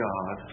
God